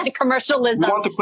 commercialism